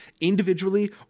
individually